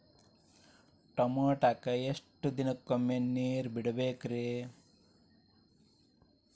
ಟಮೋಟಾಕ ಎಷ್ಟು ದಿನಕ್ಕೊಮ್ಮೆ ನೇರ ಬಿಡಬೇಕ್ರೇ?